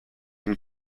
and